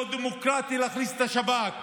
לא דמוקרטי להכניס את השב"כ.